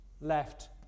left